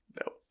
Nope